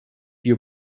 your